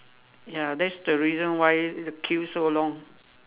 ya that's the reason why the queue so long